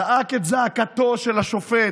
זעק את זעקתו של השופט.